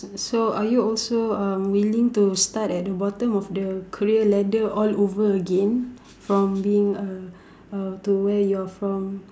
so are you also um willing to start at the bottom of the career ladder all over again from being uh to where you are from